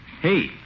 Hey